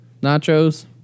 nachos